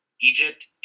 Egypt